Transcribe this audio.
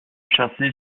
chassé